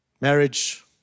marriage